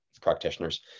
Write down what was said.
practitioners